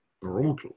brutal